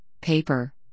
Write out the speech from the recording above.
paper